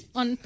on